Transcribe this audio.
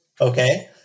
Okay